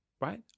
right